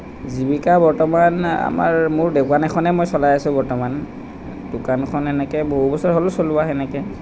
জীৱিকা বৰ্তমান আমাৰ মোৰ দোকান এখনে মই চলাই আছোঁ বৰ্তমান দোকানখন এনেকৈ বহু বছৰ হ'ল চলোৱা সেনেকৈ